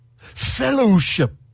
Fellowship